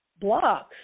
blocks